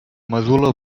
medul·la